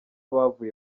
bavuye